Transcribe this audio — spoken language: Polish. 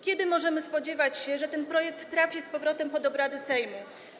Kiedy możemy spodziewać się, że ten projekt trafi z powrotem pod obrady Sejmu?